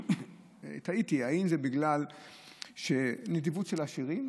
תהיתי אם זה בגלל נדיבות של עשירים.